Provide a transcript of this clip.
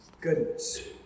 goodness